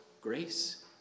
Grace